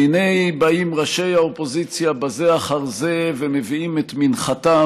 והינה באים ראשי האופוזיציה זה אחר זה ומביאים את מנחתם.